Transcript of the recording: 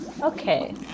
Okay